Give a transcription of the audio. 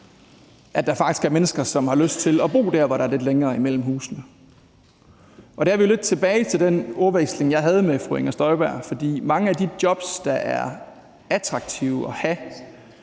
at der faktisk er mennesker, som har lyst til at bo der, hvor der er lidt længere imellem husene. Der er vi jo lidt tilbage ved den ordveksling, jeg havde med fru Inger Støjberg, for mange af de jobs, der er attraktive at have